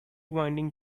winding